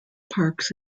parks